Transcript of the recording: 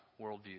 worldview